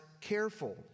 careful